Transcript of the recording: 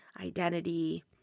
identity